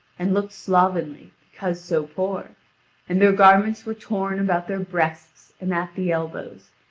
and looked slovenly, because so poor and their garments were torn about their breasts and at the elbows,